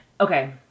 Okay